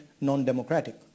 non-democratic